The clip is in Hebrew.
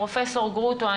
פרופ' גרוטו,